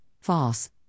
false